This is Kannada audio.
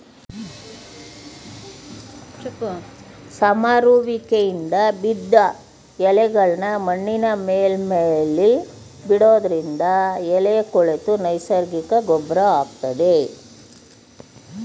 ಸಮರುವಿಕೆಯಿಂದ ಬಿದ್ದ್ ಎಲೆಗಳ್ನಾ ಮಣ್ಣಿನ ಮೇಲ್ಮೈಲಿ ಬಿಡೋದ್ರಿಂದ ಎಲೆ ಕೊಳೆತು ನೈಸರ್ಗಿಕ ಗೊಬ್ರ ಆಗ್ತದೆ